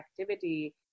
activity